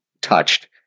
touched